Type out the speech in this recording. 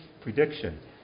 prediction